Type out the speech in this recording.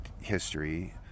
history